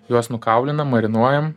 juos nukaulinam marinuojam